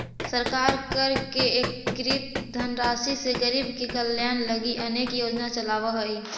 सरकार कर से एकत्रित धनराशि से गरीब के कल्याण लगी अनेक योजना चलावऽ हई